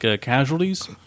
casualties